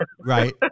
Right